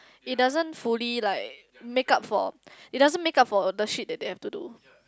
it doesn't fully like make-up for it doesn't make-up for the shit that they have to do